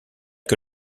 que